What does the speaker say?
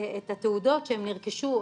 את התעודות שהם נרכשו,